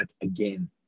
again